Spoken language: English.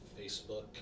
Facebook